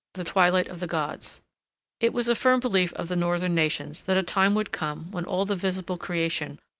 the twilight of the gods it was a firm belief of the northern nations that a time would come when all the visible creation,